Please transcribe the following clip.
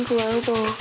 Global